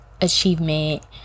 achievement